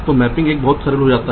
तो विचार यह है